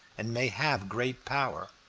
and may have great power.